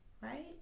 right